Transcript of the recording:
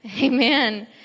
amen